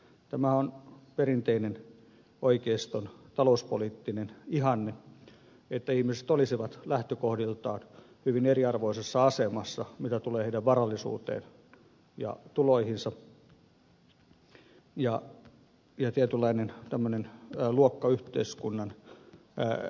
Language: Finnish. tämä on perinteinen oikeiston talouspoliittinen ihanne että ihmiset olisivat lähtökohdiltaan hyvin eriarvoisessa asemassa mitä tulee heidän varallisuuteensa ja tuloihinsa ja tietynlainen tämmöinen luokkayhteiskunnan säilyminen